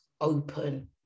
open